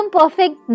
perfect